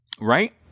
Right